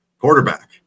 quarterback